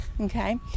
okay